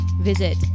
visit